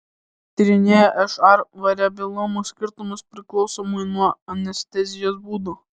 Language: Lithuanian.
tyrinėjo šr variabilumo skirtumus priklausomai nuo anestezijos būdo